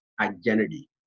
identity